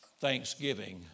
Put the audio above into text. thanksgiving